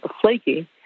flaky